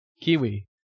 Kiwi